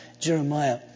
Jeremiah